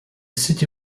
city